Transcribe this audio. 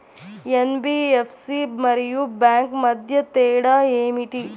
NBFC మరియు bank మధ్య తేడా ఏమిటీ?